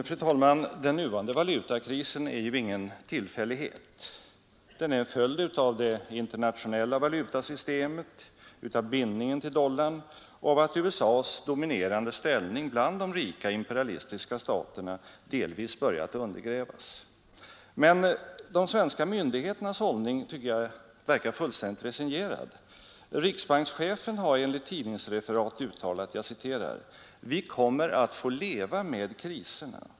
Fru talman! Den nuvarande valutakrisen är ingen tillfällighet. Den är en följd av det internationella valutasystemet, av bindningen till dollarn och av att USA:s dominerande ställning bland de rika imperialistiska staterna delvis börjat undergrävas. Men de svenska myndigheternas hållning verkar fullständigt resignerad. Riksbankschefen har enligt tidningsreferat uttalat: ”Vi kommer att få leva med kriserna.